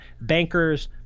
bankers